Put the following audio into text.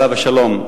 עליו השלום.